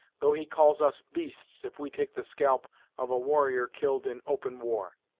though he calls us beasts if we take the scalp of a warrior killed in open war.